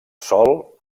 sol